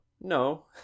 No